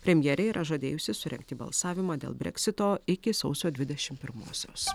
premjerė yra žadėjusi surengti balsavimą dėl breksito iki sausio dvidešim pirmosios